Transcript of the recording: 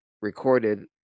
recorded